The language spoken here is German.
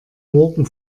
morgen